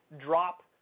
drop